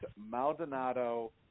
Maldonado